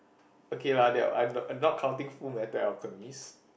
okay lah they are not not counting Fullmetal-Alchemist